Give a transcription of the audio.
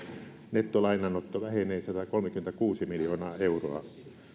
nettolainanotto vähenee satakolmekymmentäkuusi miljoonaa euroa